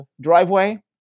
driveway